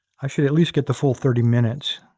i should at least get the full thirty minutes